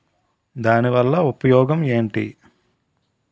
దాని వల్ల ఉపయోగం ఎంటి?